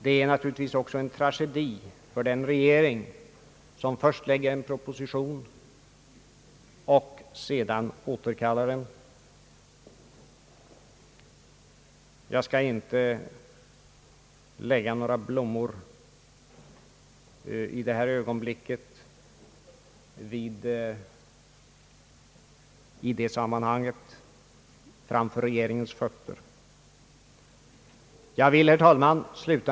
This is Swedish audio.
Det är naturligtvis också en tragedi för den regering som först lägger fram en proposition och sedan återkallar den. I det här sammanhanget ämnar jag inte lägga några blommor för regeringens fötter. Herr talman!